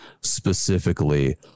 specifically